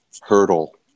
hurdle